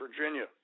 Virginia